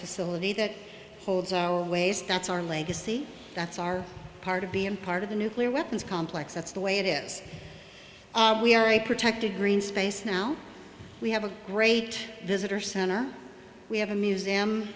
facility that holds our waste that's our legacy that's our part of being part of the nuclear weapons complex that's the way it is we are a protected green space now we have a great visitor center we have a museum